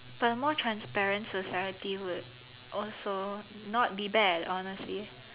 but more transparent society would also not be bad honestly